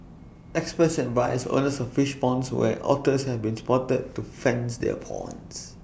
experts advise owners of fish ponds where otters have been spotted to fence their ponds